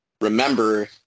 remember